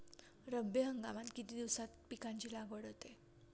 रब्बी हंगामात किती दिवसांत पिकांची लागवड होते?